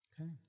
Okay